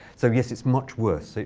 so yes, it's much worse.